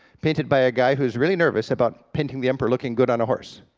painted by a guy who's really nervous about painting the emperor looking good on a horse.